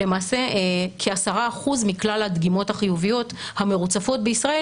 למעשה כ-10% מכלל הדגימות החיוביות המרוצפות בישראל.